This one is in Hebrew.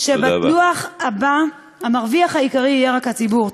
שבדוח הבא המרוויח העיקרי יהיה רק הציבור.